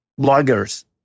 bloggers